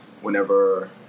whenever